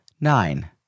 Nine